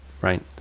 right